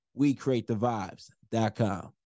WeCreateTheVibes.com